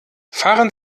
fahren